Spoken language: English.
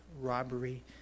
robbery